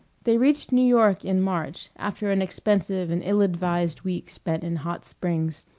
they reached new york in march after an expensive and ill-advised week spent in hot springs,